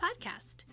podcast